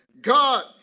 God